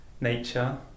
nature